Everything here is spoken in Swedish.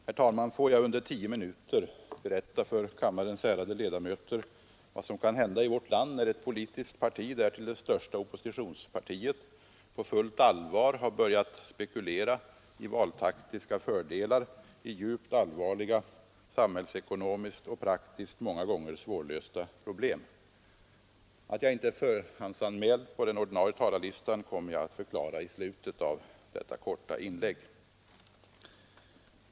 Herr talman! Får jag under tio minuter berätta för kammarens ärade ledamöter vad som kan hända i vårt land när ett politiskt parti, därtill det största oppositionspartiet, på fullt allvar har börjat spekulera i valtaktiska fördelar i djupt allvarliga, samhällsekonomiskt och praktiskt många gånger svårlösta problem. Att jag inte har förhandsanmält mig på den ordinarie talarlistan kommer jag att förklara i slutet av detta korta inlägg.